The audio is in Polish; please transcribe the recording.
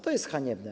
To jest haniebne.